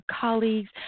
colleagues